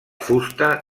fusta